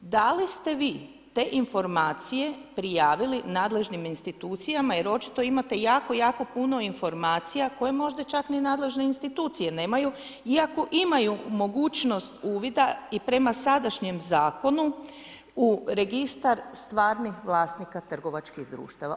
Da li ste vi te informacije prijavili nadležnim institucijama jer očito imate jako, jako puno informacija koje možda čak ni nadležne institucije nemaju iako imaju mogućnost uvida i prema sadašnjem Zakonu u Registar stvarnih vlasnika trgovački društava.